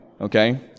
okay